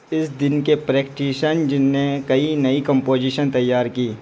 اس دن کے پریکٹیشن نے کئی نئی کمپوزیشن تیار کیں